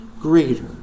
greater